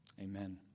Amen